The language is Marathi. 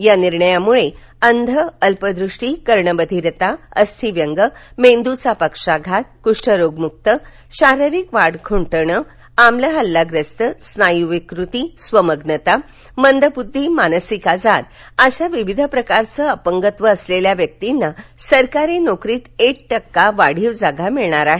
या निर्णयामुळे अंधअल्पदृष्टी कर्णबधिरता अस्थिव्यंग मेंदूचा पक्षाघात कुष्ठरोग मुक्त शारीरिक वाढ खुंटणे आम्ल हल्लाग्रस्त स्नायू विकृती स्वमग्नता मंदबुध्दीमानसिक आजार अशा विविध प्रकारचे अपगत्व असलेल्या व्यक्तींना सरकारी नोकरीत एक टक्का वाढीव जागा मिळणार आहेत